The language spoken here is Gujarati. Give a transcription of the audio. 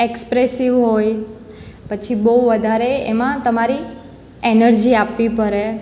એક્સપ્રેસિવ હોય પછી બહુ વધારે એમાં તમારી એનર્જી આપવી પડે